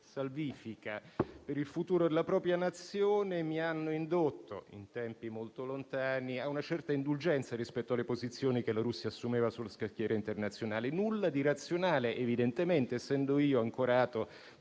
salvifica, per il futuro della propria Nazione mi hanno indotto, in tempi molto lontani, a una certa indulgenza rispetto alle posizioni che la Russia assumeva sullo scacchiere internazionale. Nulla di razionale evidentemente, essendo io ancorato